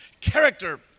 character